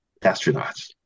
astronauts